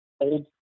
old